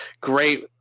Great